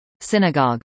synagogue